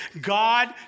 God